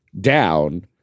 down